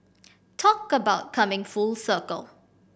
talk about coming full circle